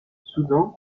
soudain